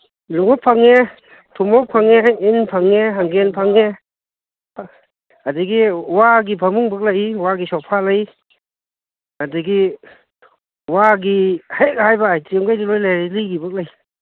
ꯂꯣꯡꯎꯞ ꯐꯪꯉꯦ ꯊꯨꯃꯣꯛ ꯐꯪꯉꯦ ꯏꯟ ꯐꯪꯉꯦ ꯍꯪꯒꯦꯟ ꯐꯪꯉꯦ ꯑꯗꯒꯤ ꯋꯥꯒꯤ ꯐꯃꯨꯡꯕꯨꯛ ꯂꯩ ꯋꯥꯒꯤ ꯁꯣꯐꯥ ꯂꯩ ꯑꯗꯒꯤ ꯋꯥꯒꯤ ꯍꯦꯛ ꯍꯥꯏꯕ ꯑꯥꯏꯇꯦꯝꯒꯩꯗꯤ ꯂꯣꯏꯅ ꯂꯩ ꯂꯤꯒꯤꯕꯨꯛ ꯂꯩ